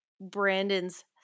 Brandon's